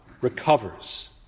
recovers